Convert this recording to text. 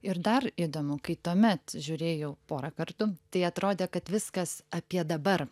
ir dar įdomiau kai tuomet žiūrėjau porą kartų tai atrodė kad viskas apie dabar